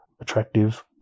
attractive